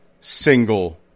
single